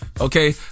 Okay